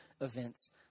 events